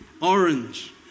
Orange